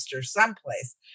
someplace